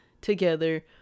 together